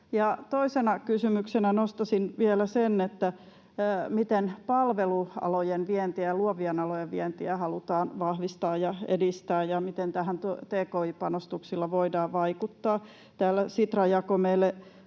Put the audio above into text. Toisena kysymyksenä nostaisin vielä sen, miten palvelualojen vientiä ja luovien alojen vientiä halutaan vahvistaa ja edistää ja miten tähän tki-panostuksilla voidaan vaikuttaa. Täällä Sitra jakoi meille